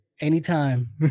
anytime